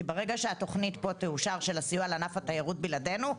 כי ברגע שהתכנית פה תאושר של הסיוע לענף התיירות בלעדינו,